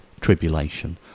Tribulation